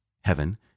heaven